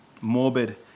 morbid